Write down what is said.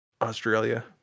Australia